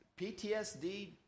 PTSD